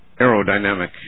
aerodynamic